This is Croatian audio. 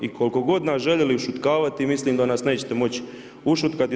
I koliko god nas željeli ušutkavati mislim da nas nećete moći ušutkati.